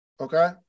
okay